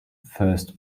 first